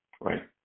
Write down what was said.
right